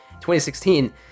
2016